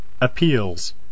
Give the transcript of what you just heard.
appeals